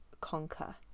conquer